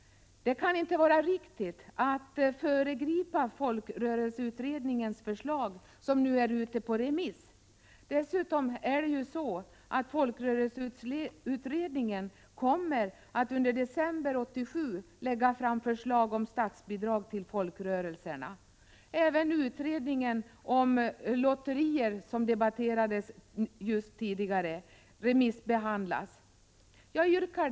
Det kan inte vara riktigt att föregripa folkrörelseutredningens förslag vilket som sagt nu är ute på remiss. Dessutom kommer folkrörelseutredningen att under december 1987 lägga fram förslag om statsbidrag till folkrörelserna. Även utredningen om Folkrörelsernas lotterier och spel som debatterades tidigare remissbehandlas för närvarande.